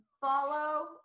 Follow